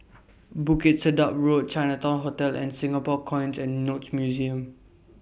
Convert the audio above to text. Bukit Sedap Road Chinatown Hotel and Singapore Coins and Notes Museum